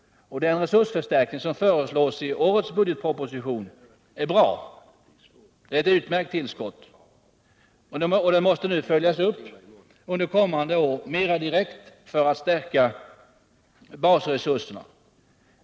Den resursförstärkning som föreslås i årets budgetproposition är bra. Det är ett utmärkt tillskott, som mer direkt måste följas upp under kommande år för att stärka basresurserna.